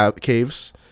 caves